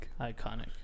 Iconic